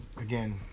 again